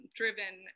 driven